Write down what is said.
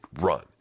run